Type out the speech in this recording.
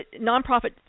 nonprofit